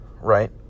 right